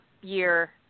year